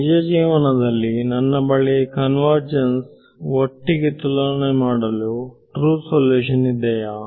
ನಿಜ ಜೀವನದಲ್ಲಿ ನನ್ನ ಬಳಿ ಕನ್ವರ್ಜನ್ಸ್ ಒಟ್ಟಿಗೆ ತುಲನೆ ಮಾಡಲು ಟ್ರೂ ಸಲ್ಯೂಷನ್ ಇದೆಯಾ